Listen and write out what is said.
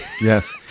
Yes